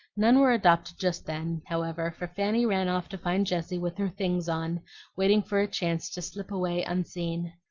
none were adopted just then, however, for fanny ran off to find jessie with her things on waiting for a chance to slip away unseen.